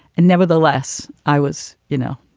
and nevertheless, i was, you know,